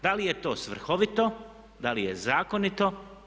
Da li je to svrhovito, da li je zakonito?